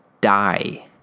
die